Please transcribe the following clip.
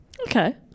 Okay